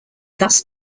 thus